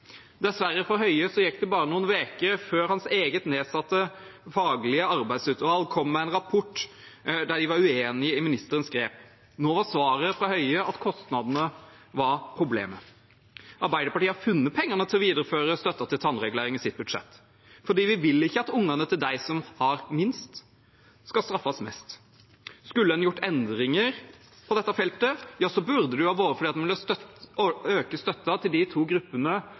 Dessverre for Høie gikk det bare noen uker før hans eget nedsatte faglige arbeidsutvalg kom med en rapport der de var uenig i ministerens grep. Nå var svaret fra Høie at kostnadene var problemet. Arbeiderpartiet har funnet penger til å videreføre støtten til tannregulering i sitt budsjett, for vi vil ikke at ungene til dem som har minst, skal straffes mest. Skulle en gjort endringer på dette feltet, burde det vært fordi en ville øke støtten til de to gruppene